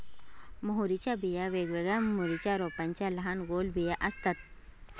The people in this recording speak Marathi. मोहरीच्या बिया वेगवेगळ्या मोहरीच्या रोपांच्या लहान गोल बिया असतात